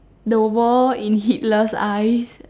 the world in Hitler's eyes